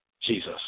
Jesus